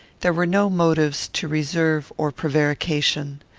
there were no motives to reserve or prevarication.